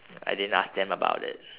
I didn't ask them about it